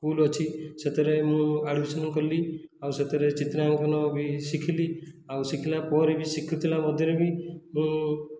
school ଅଛି ସେଥିରେ ମୁଁ ଆଡ଼ମିଶନ କଲି ଆଉ ସେଥିରେ ଚିତ୍ରାଙ୍କନ ବି ଶିଖିଲି ଆଉ ଶିଖିଲା ପରେ ବି ଶିଖୁଥିଲା ମଧ୍ୟରେ ବି ମୁଁ